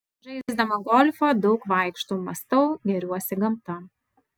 žaisdama golfą daug vaikštau mąstau gėriuosi gamta